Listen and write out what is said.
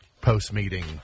post-meeting